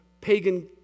pagan